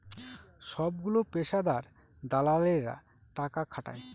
সবগুলো পেশাদার দালালেরা টাকা খাটায়